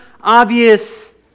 obvious